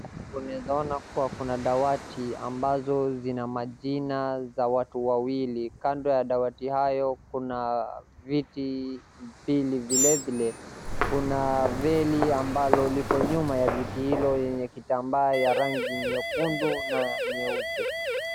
Unawezaona kuwa, kuna dawati ambazo zina majina za watu wawili. Kando ya dawati hayo kuna viti mbili, vile vile kuna veli ambalo liko nyuma ya viti hilo enye kitamba ya rangi nyekundu na nyeupe.